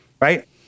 Right